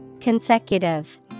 Consecutive